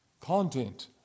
content